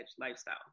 lifestyle